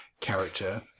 character